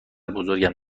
بزرگم